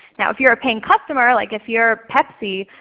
now, if you're a paying customer like if you're pepsi,